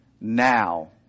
now